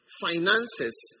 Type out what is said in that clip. finances